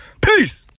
Peace